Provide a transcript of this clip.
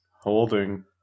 Holding